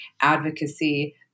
advocacy